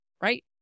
right